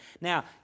Now